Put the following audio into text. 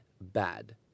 bad